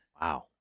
Wow